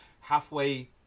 halfway